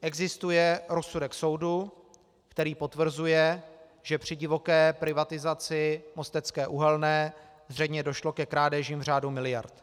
Existuje rozsudek soudu, který potvrzuje, že při divoké privatizaci Mostecké uhelné zřejmě došlo ke krádežím v řádu miliard.